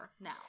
now